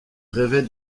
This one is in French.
rêvait